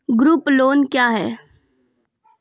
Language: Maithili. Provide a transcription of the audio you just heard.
ग्रुप लोन क्या है?